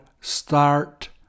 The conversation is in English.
start